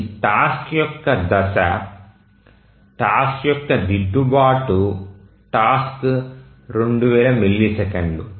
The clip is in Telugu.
ఈ టాస్క్ యొక్క దశ టాస్క్ యొక్క దిద్దుబాటు టాస్క్ 2000 మిల్లీసెకన్లు